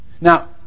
Now